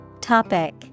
Topic